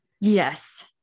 Yes